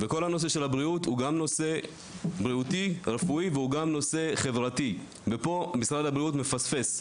נושא הבריאות הוא גם נושא חברתי ופה משרד הבריאות מפספס.